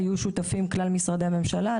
היו שותפים כלל משרדי הממשלה,